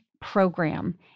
program